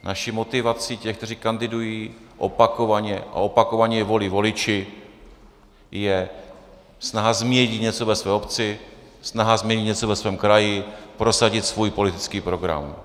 Naší motivací těch, kteří kandidují opakovaně a opakovaně je volí voliči, je snaha změnit něco ve své obci, snaha změnit něco ve svém kraji, prosadit svůj politický program.